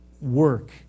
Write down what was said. work